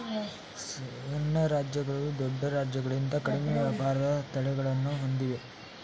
ಸಣ್ಣ ರಾಜ್ಯಗಳು ದೊಡ್ಡ ರಾಜ್ಯಗಳಿಂತ ಕಡಿಮೆ ವ್ಯಾಪಾರದ ತಡೆಗಳನ್ನು ಹೊಂದಿವೆ